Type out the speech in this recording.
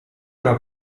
era